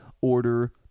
order